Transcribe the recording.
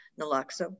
Naloxone